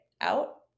out